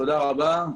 תודה רבה,